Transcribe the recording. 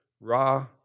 raw